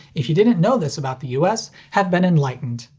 if you didn't know this about the us, have been enlightened.